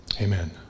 Amen